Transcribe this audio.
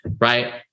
right